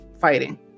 fighting